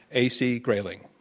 a. c. grayling.